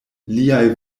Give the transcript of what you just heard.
liaj